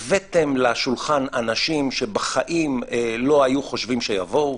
הבאתם לשולחן אנשים שבחיים לא היו חושבים שיבואו.